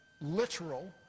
literal